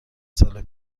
سال